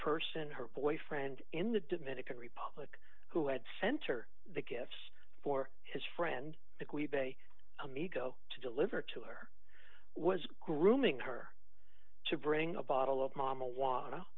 person her boyfriend in the dominican republic who had center the gifts for his friend the quib a amigo to deliver to her was grooming her to bring a bottle of mama wanna